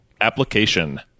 application